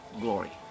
glory